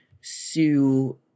sue